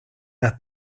las